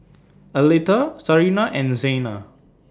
Aletha Sarina and Xena